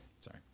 sorry